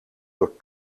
door